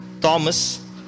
Thomas